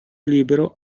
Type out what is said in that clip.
libero